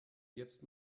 jetzt